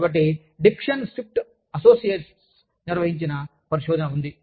కాబట్టి Dixon Swift Associates నిర్వహించిన పరిశోధన ఉంది